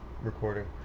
recording